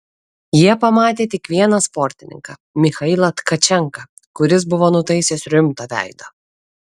jie pamatė tik vieną sportininką michailą tkačenką kuris buvo nutaisęs rimtą veidą